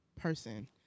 person